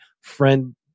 friend